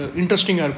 interesting